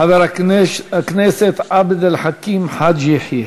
חבר הכנסת עבד אל חכים חאג' יחיא.